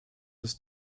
des